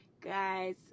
Guys